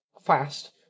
fast